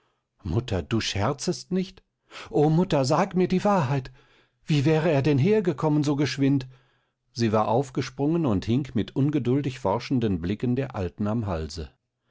mutter du scherzest nicht o mutter sag mir die wahrheit wie wäre er denn hergekommen so geschwind sie war aufgesprungen und hing mit ungeduldig forschenden blicken der alten am halse